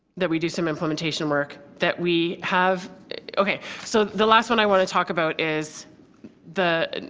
that we do some implementation work that we have okay. so the last one i want to talk about is the